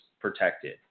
protected